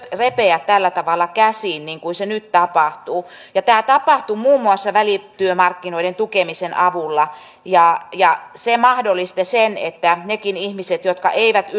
repeä tällä tavalla käsiin niin kuin nyt tapahtuu tämä tapahtui muun muassa välityömarkkinoiden tukemisen avulla ja ja se mahdollisti sen että nekin ihmiset jotka eivät